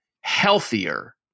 healthier